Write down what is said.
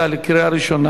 אצלי רשום: